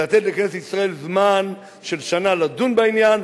לתת לכנסת ישראל זמן של שנה לדון בעניין.